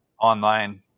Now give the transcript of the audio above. online